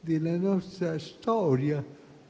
della storia